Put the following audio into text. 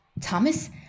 Thomas